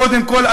קודם כול,